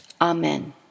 Amen